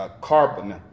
carbon